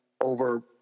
over